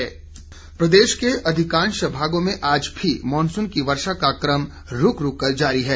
मौसम प्रदेश के अधिकांश भागों में आज भी मॉनसून की वर्षा का क्रम रुक रुक कर जारी है